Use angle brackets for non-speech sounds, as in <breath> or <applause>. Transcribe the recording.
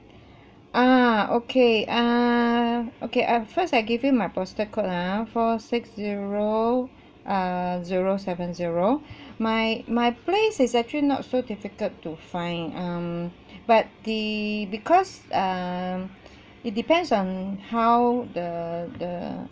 ah okay err okay at first I give you my postal code ah four six zero err zero seven zero <breath> my my place is actually not so difficult to find um but the because um <breath> it depends on how the the